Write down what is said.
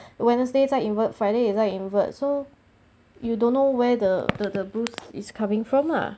wednesday 在 invert friday 也在 invert so you don't know where the the bruise is coming from lah